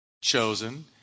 chosen